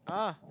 ah